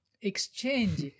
exchange